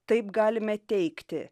taip galime teigti